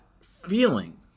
feeling